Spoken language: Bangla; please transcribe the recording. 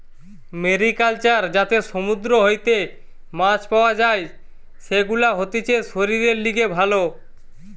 মেরিকালচার যাতে সমুদ্র হইতে মাছ পাওয়া যাই, সেগুলা হতিছে শরীরের লিগে ভালো